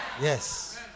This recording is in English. Yes